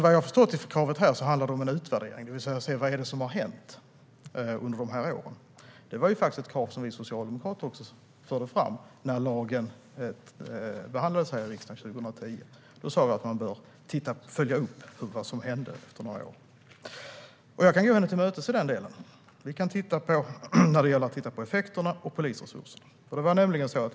Vad jag förstod handlade interpellationen om en utvärdering för att se vad som har hänt under dessa år. Det var ett krav som vi socialdemokrater också förde fram när lagen behandlades här i riksdagen 2010. Jag sa då att man efter ett par år bör följa upp vad som hade hänt. Jag kan gå Maria Stockhaus till mötes vad gäller det. Vi kan titta på effekterna och polisresurserna.